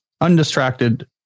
undistracted